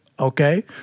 Okay